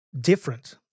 different